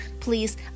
Please